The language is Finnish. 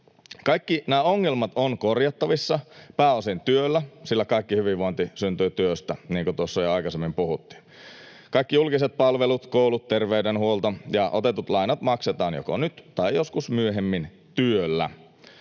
Kaikki nämä ongelmat ovat korjattavissa, pääosin työllä, sillä kaikki hyvinvointi syntyy työstä, niin kuin tuossa jo aikaisemmin puhuttiin. Kaikki julkiset palvelut, koulut, terveydenhuolto ja otetut lainat maksetaan joko nyt tai joskus myöhemmin työllä.